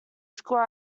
school